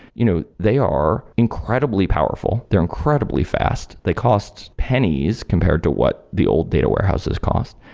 you know they are incredibly powerful, they're incredibly fast, they costs pennies compared to what the old data warehouses cost.